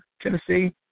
Tennessee